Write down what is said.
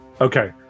Okay